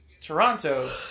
Toronto